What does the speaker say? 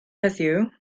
heddiw